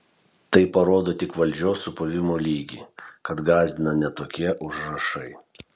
tai parodo tik valdžios supuvimo lygį kad gąsdina net tokie užrašai